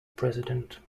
president